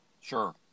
Sure